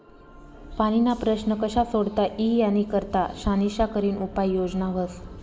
पाणीना प्रश्न कशा सोडता ई यानी करता शानिशा करीन उपाय योजना व्हस